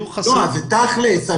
עופר --- זה תכל'ס,